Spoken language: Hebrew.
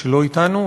שאינם אתנו.